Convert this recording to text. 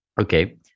Okay